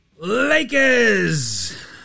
Lakers